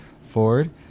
Ford